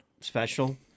special